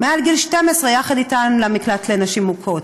מעל גיל 12 יחד איתן למקלט לנשים מוכות.